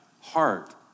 heart